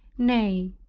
nay,